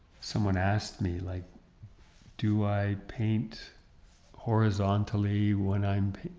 someone asked me, like do i paint horizontally when i'm